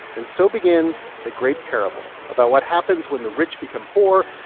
and so begins the great parable about what happens when the rich become poor,